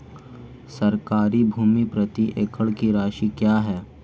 सरकारी भूमि प्रति एकड़ की राशि क्या है?